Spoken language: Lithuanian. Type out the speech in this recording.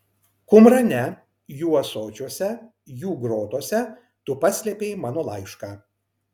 kumrane jų ąsočiuose jų grotose tu paslėpei mano laišką